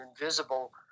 invisible